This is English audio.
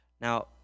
Now